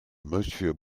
monsieur